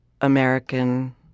American